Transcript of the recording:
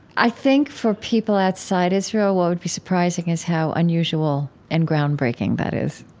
i think, for people outside israel, what would be surprising is how unusual and groundbreaking that is,